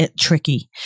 tricky